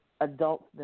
adults